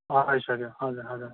हराइसक्यो हजुर हजुर